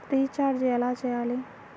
Recharge ఎలా చెయ్యాలి?